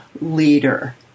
Leader